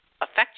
affect